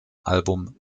album